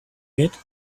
get